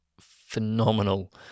phenomenal